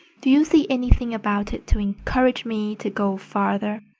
do you see anything about it to encourage me to go farther?